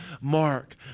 Mark